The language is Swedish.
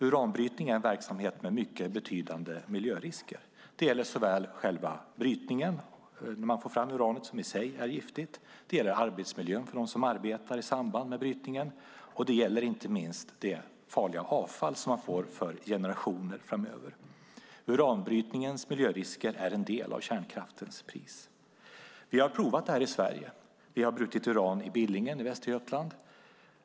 Uranbrytning är en verksamhet med mycket betydande miljörisker. Det gäller såväl själva brytningen när man får fram uranet som i sig är giftigt, det gäller arbetsmiljön för dem som arbetar i samband med brytningen, och det gäller inte minst det farliga avfall som man får för generationer framöver. Uranbrytningens miljörisker är en del av kärnkraftens pris. Vi har provat detta i Sverige. Vi har brutit uran i Billingen i Västergötland.